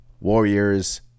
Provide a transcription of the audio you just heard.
Warriors